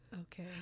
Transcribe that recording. Okay